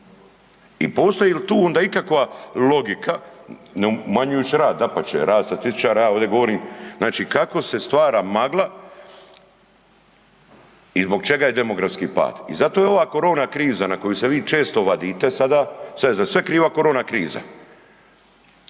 I postoji li tu onda ikakva logika ne umanjujući rad dapače, rad statističara ja ovdje govorim, znači kako se stvara magla i zbog čega je demografski pad. I zato je ova korona kriza na koju se vi često vadite sada, sad je za sve kriva korona kriza.